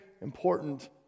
important